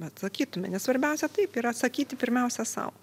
atsakytume nes svarbiausia taip yra atsakyti pirmiausia sau